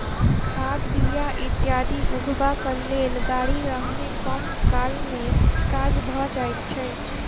खाद, बीया इत्यादि उघबाक लेल गाड़ी रहने कम काल मे काज भ जाइत छै